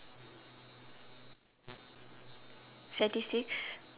statistics